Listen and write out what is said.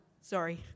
Sorry